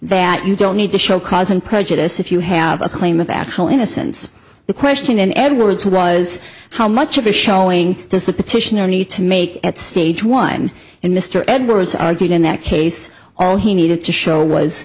that you don't need to show cause and prejudice if you have a claim of actual innocence the question in edwards was how much of a showing does the petitioner need to make at stage one and mr edwards argued in that case all he needed to show was